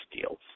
deals